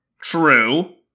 True